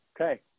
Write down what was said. Okay